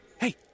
Hey